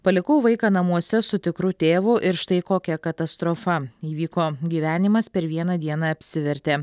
palikau vaiką namuose su tikru tėvu ir štai kokia katastrofa įvyko gyvenimas per vieną dieną apsivertė